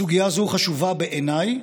סוגיה זו חשובה בעיניי,